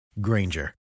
Granger